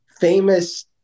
famous